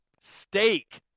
steak